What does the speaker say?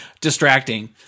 distracting